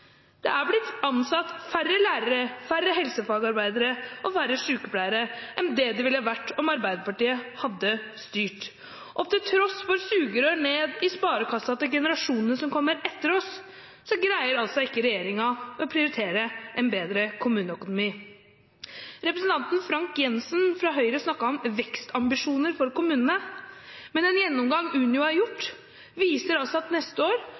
Det er blitt ansatt færre lærere, færre helsefagarbeidere og færre sykepleiere enn det ville ha blitt om Arbeiderpartiet hadde styrt. Til tross for sugerør ned i sparekassa til generasjonene som kommer etter oss, greier altså ikke regjeringen å prioritere en bedre kommuneøkonomi. Representanten Frank J. Jenssen fra Høyre snakket om «vekstambisjoner» for kommunene. Men en gjennomgang Unio har gjort, viser at neste år